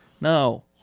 no